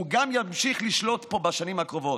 הוא ימשיך לשלוט פה גם בשנים הקרובות.